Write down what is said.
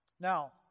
Now